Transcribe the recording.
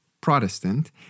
Protestant